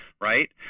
Right